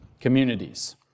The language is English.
communities